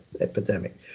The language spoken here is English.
epidemic